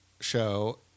show